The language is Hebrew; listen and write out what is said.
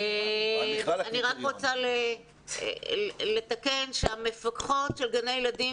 אני רק רוצה לתקן שהמפקחות של גני הילדים